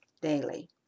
daily